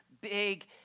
big